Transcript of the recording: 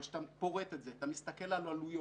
אבל כשאתה פורט את זה ואתה מסתכל על עלויות,